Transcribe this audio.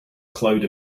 cloud